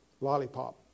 lollipop